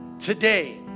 today